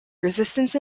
resistance